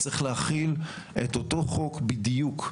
צריך להחיל את אותו החוק בדיוק,